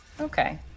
Okay